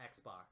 Xbox